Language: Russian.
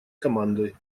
командой